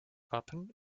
wappen